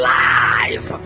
life